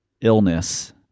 illness